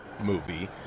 movie